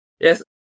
Yes